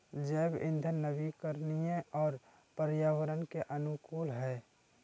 जैव इंधन नवीकरणीय और पर्यावरण के अनुकूल हइ